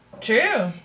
True